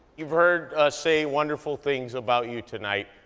you've heard us say wonderful things about you tonight.